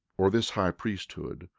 or this high priesthood,